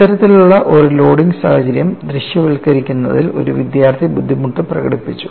ഇത്തരത്തിലുള്ള ഒരു ലോഡിംഗ് സാഹചര്യം ദൃശ്യവൽക്കരിക്കുന്നതിൽ ഒരു വിദ്യാർത്ഥി ബുദ്ധിമുട്ട് പ്രകടിപ്പിച്ചു